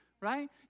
right